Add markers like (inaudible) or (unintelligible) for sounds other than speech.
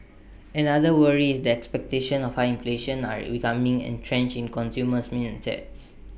another worry is that expectations of high inflation are becoming entrenched in consumer (unintelligible)